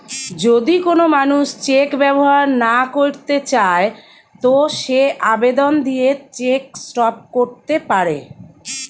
যদি কোন মানুষ চেক ব্যবহার না কইরতে চায় তো সে আবেদন দিয়ে চেক স্টপ ক্যরতে পারে